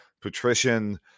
patrician